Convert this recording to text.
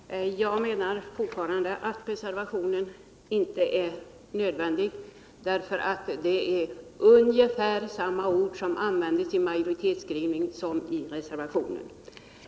frågor Herr talman! Jag menar fortfarande att reservationen inte är nödvändig. därför att det är ungefär samma ord som används i majoritetsskrivningen som i reservationen.